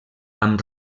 amb